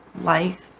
life